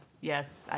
Yes